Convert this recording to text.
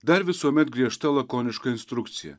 dar visuomet griežta lakoniška instrukcija